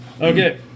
Okay